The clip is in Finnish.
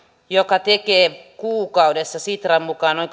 jotka tekevät kuukaudessa sitran mukaan noin